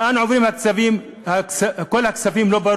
לאן עוברים כל הכספים, לא ברור.